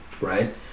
right